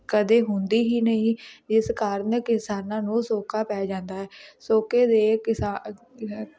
ਕਦੇ ਹੁੰਦੀ ਹੀ ਨਹੀਂ ਇਸ ਕਾਰਨ ਕਿਸਾਨਾਂ ਨੂੰ ਸੋਕਾ ਪੈ ਜਾਂਦਾ ਹੈ ਸੋਕੇ ਦੇ ਕਿਸਾ